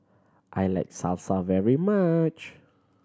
I like Salsa very much